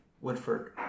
Woodford